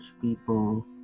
people